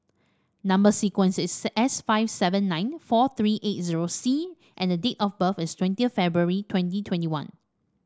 number sequence is S five seven nine four three eight zero C and the date of birth is twentieth February twenty twenty one